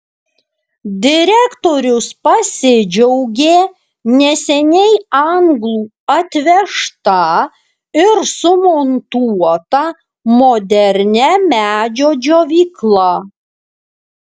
direktorius pasidžiaugė neseniai anglų atvežta ir sumontuota modernia medžio džiovykla